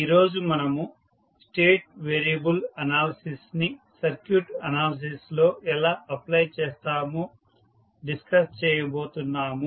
ఈరోజు మనము state variable analysis ని సర్క్యూట్ అనాలిసిస్ లో ఎలా అప్ప్లై చేస్తామో డిస్కస్ చేయబోతున్నాము